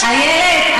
איילת,